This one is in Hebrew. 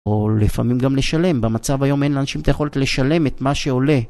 או לפעמים גם לשלם, במצב היום אין לאנשים את היכולת לשלם את מה שעולה